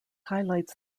highlights